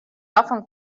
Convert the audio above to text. often